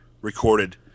recorded